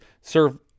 serve